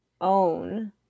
own